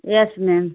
yes ma'am